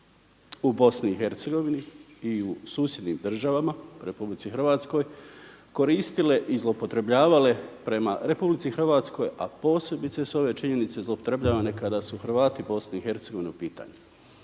u BiH i u susjednim državama RH koristile i zloupotrebljavale prema RH, a posebice su ove činjenice zloupotrebljavane kada su Hrvati BiH u pitanju.